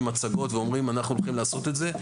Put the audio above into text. מצגות ואומרים: אנחנו הולכים לעשות את זה.